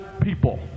people